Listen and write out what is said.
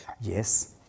Yes